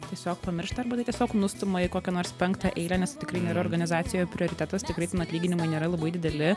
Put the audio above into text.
tiesiog pamiršta arba tai tiesiog nustumia į kokią nors penktą eilę nes tai tikrai nėra organizacijoje prioritetas tikrai ten atlyginimai nėra labai dideli